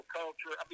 culture